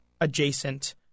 adjacent